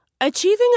Achieving